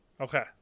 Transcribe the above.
Okay